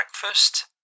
breakfast